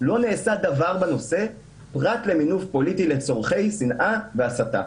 לא נעשה דבר בנושא פרט למימון פוליטי לצורכי שנאה והסתה.